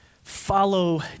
follow